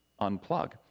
unplug